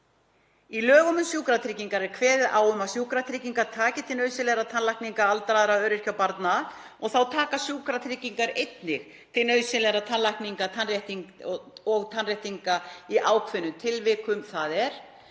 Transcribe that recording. Í lögum um sjúkratryggingar er kveðið á um að sjúkratryggingar taki til nauðsynlegra tannlækninga aldraðra, öryrkja og barna. Þá taka sjúkratryggingar einnig til nauðsynlegra tannlækninga og tannréttinga í ákveðnum tilvikum, þ.e.